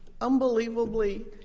unbelievably